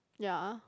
ya